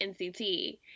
NCT